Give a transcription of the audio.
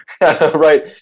Right